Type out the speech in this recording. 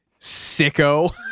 sicko